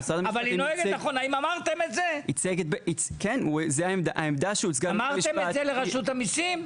האם אמרתם את זה לרשות המסים?